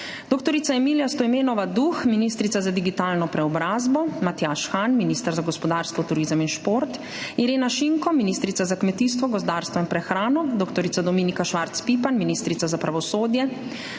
dr. Emilija Stojmenova Duh, ministrica za digitalno preobrazbo; Matjaž Han, minister za gospodarstvo, turizem in šport; Irena Šinko, ministrica za kmetijstvo, gozdarstvo in prehrano; dr. Dominika Švarc Pipan, ministrica za pravosodje;